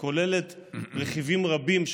היא כוללת רכיבים רבים,